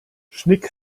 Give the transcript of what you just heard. schnick